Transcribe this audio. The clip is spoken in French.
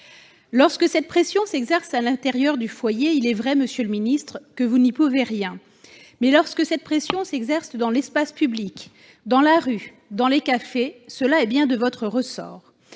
Lorsque cette pression s'exerce à l'intérieur d'un foyer, il est vrai, monsieur le ministre, que vous n'y pouvez rien, mais lorsqu'elle s'exerce dans l'espace public, dans la rue, dans les cafés, cela est bien de votre ressort.